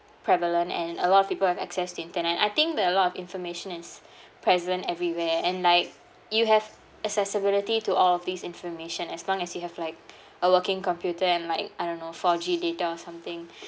prevalent and a lot of people have access to internet I think there are a lot of information is present everywhere and like you have accessibility to all of these information as long as you have like a working computer and like I don't know four g data or something